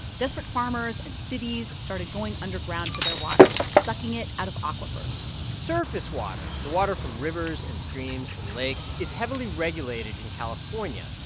desperate farmers and cities started going underground for their water, sucking it out of aquifers surface water, the water from rivers and streams and lakes, is heavily regulated in california.